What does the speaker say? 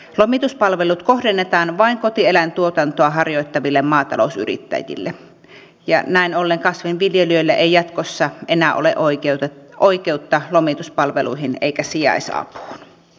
lomituspalvelut kohdennetaan vain kotieläintuotantoa harjoittaville maatalousyrittäjille ja näin ollen kasvinviljelijöillä ei jatkossa enää ole oikeutta lomituspalveluihin eikä sijaisapuun